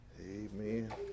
Amen